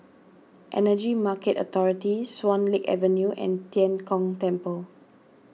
Energy Market Authority Swan Lake Avenue and Tian Kong Temple